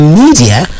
media